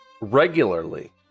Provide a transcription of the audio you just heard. regularly